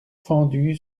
fendue